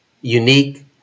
unique